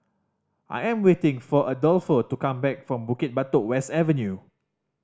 I am waiting for Adolfo to come back from Bukit Batok West Avenue